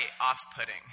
off-putting